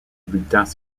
bulletins